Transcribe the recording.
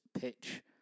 pitch